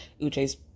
Uche's